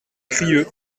crieu